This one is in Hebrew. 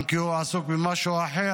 אם כי הוא עסוק במשהו אחר,